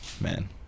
Man